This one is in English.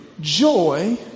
joy